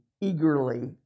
eagerly